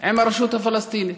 עם הרשות הפלסטינית?